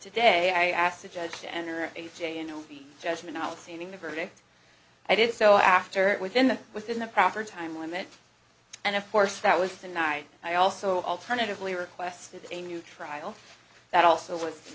today i asked the judge to enter ha an o b judgement not withstanding the verdict i did so after within the within the proper time limit and of course that was the night i also alternatively requested a new trial that also w